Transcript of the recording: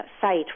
site